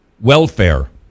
welfare